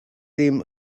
ddim